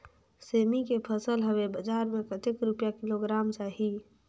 सेमी के फसल हवे बजार मे कतेक रुपिया किलोग्राम जाही?